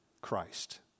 Christ